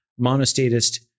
monostatist